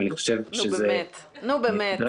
אני חושב שזה נדרש,